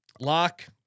Lock